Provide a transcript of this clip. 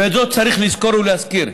ואת זאת צריך לזכור ולהזכיר.